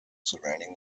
surrounding